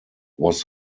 was